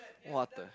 what the